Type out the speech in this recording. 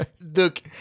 Look